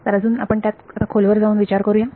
तर अजून आपण त्यात आता खोलवर जाऊन विचार करूया